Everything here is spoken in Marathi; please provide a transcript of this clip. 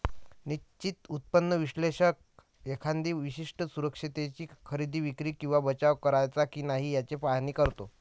निश्चित उत्पन्न विश्लेषक एखाद्या विशिष्ट सुरक्षिततेची खरेदी, विक्री किंवा बचाव करायचा की नाही याचे पाहणी करतो